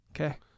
Okay